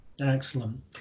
Excellent